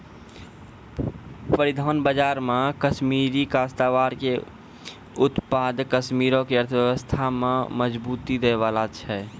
परिधान बजारो मे कश्मीरी काश्तकार के उत्पाद कश्मीरो के अर्थव्यवस्था में मजबूती दै बाला छै